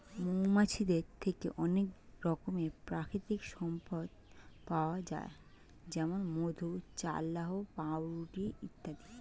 মৌমাছিদের থেকে অনেক রকমের প্রাকৃতিক সম্পদ পাওয়া যায় যেমন মধু, চাল্লাহ্ পাউরুটি ইত্যাদি